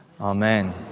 Amen